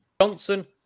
Johnson